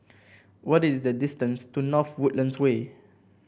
what is the distance to North Woodlands Way